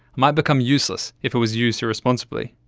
might become useless if it was used irresponsibly.